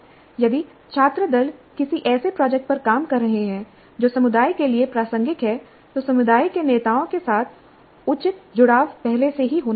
यदि छात्र दल किसी ऐसे प्रोजेक्ट पर काम कर रहे हैं जो समुदाय के लिए प्रासंगिक है तो समुदाय के नेताओं के साथ उचित जुड़ाव पहले से ही होना चाहिए